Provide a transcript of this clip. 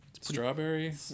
Strawberry